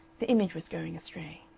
the image was going astray.